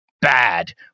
bad